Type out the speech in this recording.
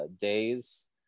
days